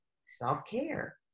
self-care